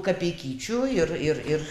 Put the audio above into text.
kapeikyčių ir ir ir